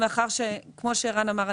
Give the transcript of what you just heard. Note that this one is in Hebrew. כמו שערן אמר,